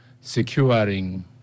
securing